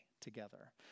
together